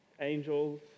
angels